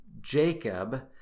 Jacob